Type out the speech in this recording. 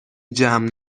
جمع